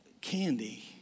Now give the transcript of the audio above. candy